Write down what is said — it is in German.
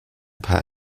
paar